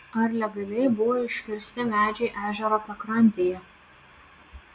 ar legaliai buvo iškirsti medžiai ežero pakrantėje